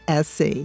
SC